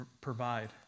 provide